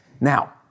now